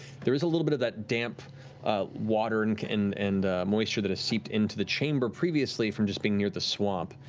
there is a little bit of that damp water and and and moisture that seeped into the chamber previously from just being near the swamp.